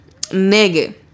Nigga